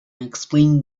explained